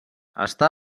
està